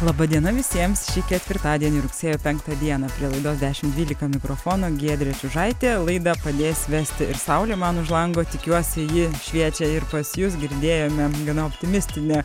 laba diena visiems šį ketvirtadienį rugsėjo penktą dieną prie laidos dešimt dvylika mikrofono giedrė čiužaitė laidą padės vesti ir saulė man už lango tikiuosi ji šviečia ir pas jus girdėjome gana optimistinę